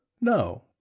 No